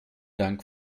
dank